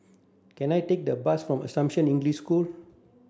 can I take the bus for Assumption English School